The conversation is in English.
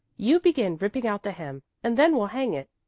you begin ripping out the hem, and then we'll hang it.